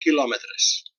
quilòmetres